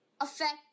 affect